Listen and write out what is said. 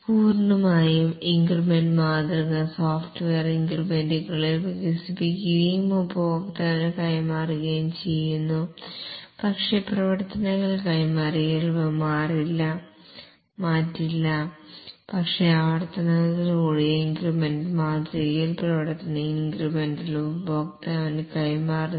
പൂർണ്ണമായും ഇൻക്രിമെൻറ് മാതൃക സോഫ്റ്റ്വെയർ ഇൻക്രിമെന്റുകളിൽ വികസിപ്പിക്കുകയും ഉപഭോക്താവിന് കൈമാറുകയും ചെയ്യുന്നു പക്ഷേ പ്രവർത്തനങ്ങൾ കൈമാറിയാൽ ഇവ മാറ്റില്ല പക്ഷേ ആവർത്തനത്തോടുകൂടിയ ഇൻക്രിമെൻറ് മാതൃകയിൽ പ്രവർത്തനങ്ങൾ ഇൻക്രിമെന്റിൽ ഉപഭോക്താവിന് കൈമാറുന്നു